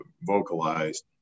vocalized